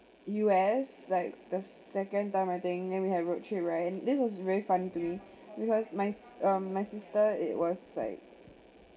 U_S like the second time I think then we have road trip right this must be very funny to you because my um my sister it was like